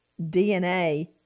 DNA